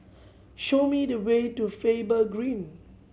show me the way to Faber Green